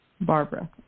Barbara